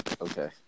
Okay